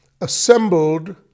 assembled